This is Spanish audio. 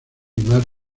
más